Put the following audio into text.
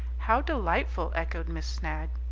how delightful! echoed miss snagg.